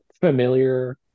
familiar